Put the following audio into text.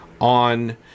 on